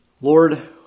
Lord